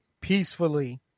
peacefully